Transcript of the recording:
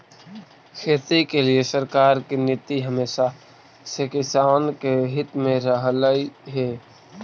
खेती के लिए सरकार की नीति हमेशा से किसान के हित में रहलई हे